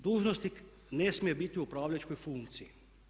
Dužnosnik ne smije biti u upravljačkoj funkciji.